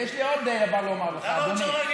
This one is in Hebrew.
ויש לי עוד דבר לומר לך, אדוני.